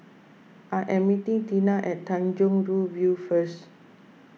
I am meeting Teena at Tanjong Rhu View first